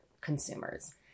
consumers